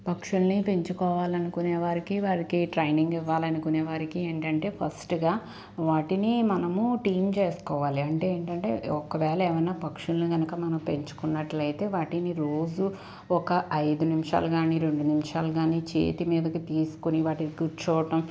పక్షుల్ని పెంచుకోవాలనుకునే వారికి వారికి ట్రైనింగ్ ఇవ్వాలనుకునే వారికి ఏంటంటే ఫస్ట్గా వాటిని మనము టీం చేసుకోవాలి అంటే ఏంటంటే ఒకవేళ ఏవైనా పక్షులను కనుక మనం పెంచుకున్నట్లయితే వాటిని రోజు ఒక ఐదు నిమిషాలు కానీ రెండు నిమిషాలు కానీ చేతి మీదకి తీసుకొని వాటికి కూర్చోడం